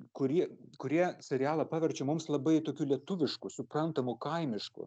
kurį kurie serialą paverčia mums labai tokiu lietuvišku suprantamu kaimišku